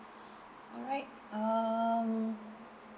alright um